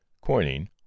Coining